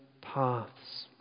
paths